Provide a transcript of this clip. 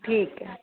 ठीक है